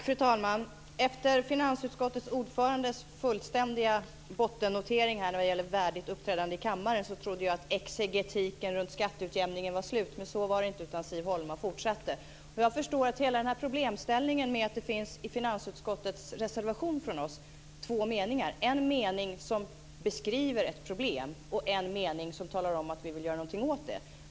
Fru talman! Efter finansutskottets ordförandes fullständiga bottennotering när det gäller värdigt uppträdande i kammaren trodde jag att exegetiken runt skatteutjämningen var slut. Men så var det inte, utan Siv Holma fortsatte. Jag förstår att hela problemställningen är att det i reservationen från oss i finansutskottet finns två meningar, där en mening beskriver ett problem och en mening talar om att vi vill göra någonting åt det.